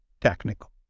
technical